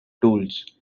tools